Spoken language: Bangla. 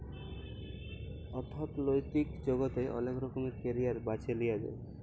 অথ্থলৈতিক জগতে অলেক রকমের ক্যারিয়ার বাছে লিঁয়া যায়